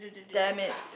damn it